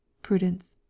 prudence